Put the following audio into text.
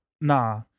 nah